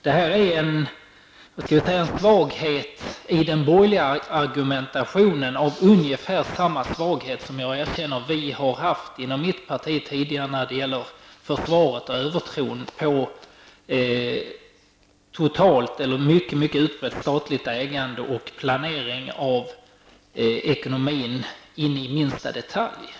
Det finns här en svaghet i den borgerliga argumentationen av ungefär samma slag som jag erkänner att vi inom mitt parti tidigare haft när det gäller försvaret av och övertron på ett totalt eller mycket utbrett statligt ägande och statlig planering av ekonomin in i minsta detalj.